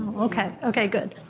okay, okay, good.